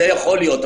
זה יכול להיות,